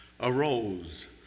arose